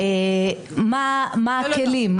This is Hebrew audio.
מה הכלים?